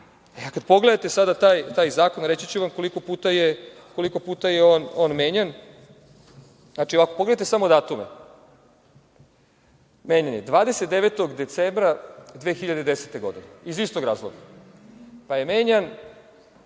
Kada pogledate taj zakon, reći ću vam koliko puta je on menjan. Znači, samo pogledajte datume: menjan je 29. decembra 2010. godine iz istog razloga; pa je menjan